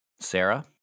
Sarah